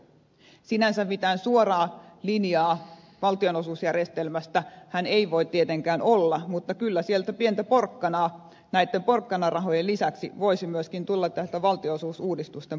sinänsä mitään suoraa linjaa valtionosuusjärjestelmästähän ei voi tietenkään olla mutta kyllä pientä porkkanaa näitten porkkanarahojen lisäksi voisi myöskin tulla täältä valtionosuusuudistusten puolelta